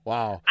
Wow